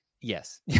Yes